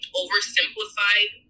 oversimplified